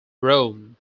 rome